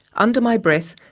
under my breath,